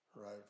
Right